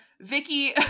Vicky